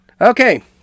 Okay